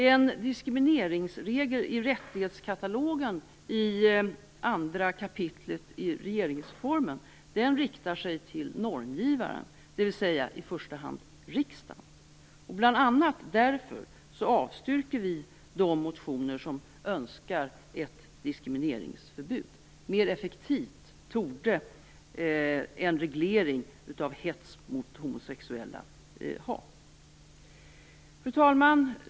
En diskrimineringsregel i rättighetskatalogen i 2 kap. regeringsformen riktar sig till normgivaren, dvs. i första hand riksdagen. Bl.a. av det skälet avstyrker utskottet de motioner där det önskas ett diskrimineringsförbud. Det torde vara mer effektivt med en reglering av hets mot homosexuella. Fru talman!